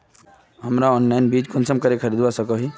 हमरा ऑनलाइन बीज कुंसम करे खरीदवा सको ही?